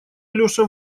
алеша